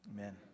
Amen